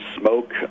smoke